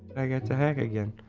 i get to hack again.